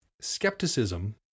skepticism